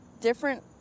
different